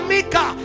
Mika